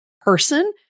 person